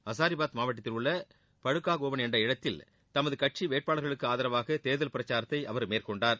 ஹசாரிபாத் மாவட்டத்தில் உள்ள படுக்கா கோவன் என்ற இடத்தில் தமது கட்சி வேட்பாளர்களுக்கு ஆதரவாக தேர்தல் பிரச்சாரத்தை அவர் மேற்கொண்டார்